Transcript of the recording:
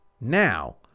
now